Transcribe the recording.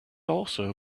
also